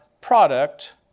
product